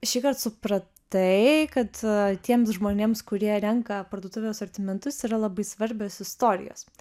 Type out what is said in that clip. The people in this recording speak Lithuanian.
šįkart supratai kad tiems žmonėms kurie renka parduotuvių asortimentus yra labai svarbios istorijos